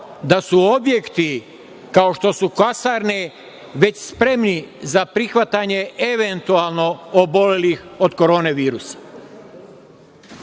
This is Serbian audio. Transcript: da su objekti kao što su kasarne već spremni za prihvatanje eventualno obolelih od Korone virusa